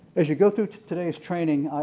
as you go through today's training,